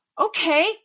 okay